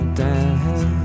down